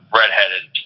redheaded